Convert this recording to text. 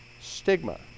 Stigma